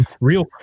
real